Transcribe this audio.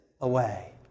away